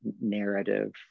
narrative